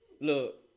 look